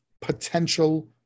potential